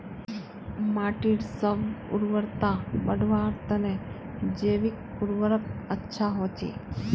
माटीर स्व उर्वरता बढ़वार तने जैविक उर्वरक अच्छा होचे